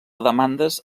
demandes